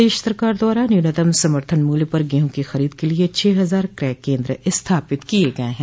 प्रदेश सरकार द्वारा न्यूनतम समर्थन मूल्य पर गेहूँ की खरीद के लिये छह हजार क्रय केन्द्र स्थापित किये गये हैं